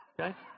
Okay